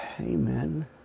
amen